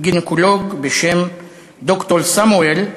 גינקולוג בשם ד"ר סמואל,